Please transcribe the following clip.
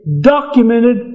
documented